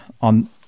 on